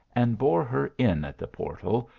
and bore her in at the portal,